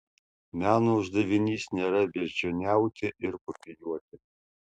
meno uždavinys nėra beždžioniauti ir kopijuoti